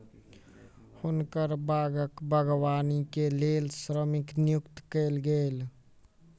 हुनकर बागक बागवानी के लेल श्रमिक नियुक्त कयल गेल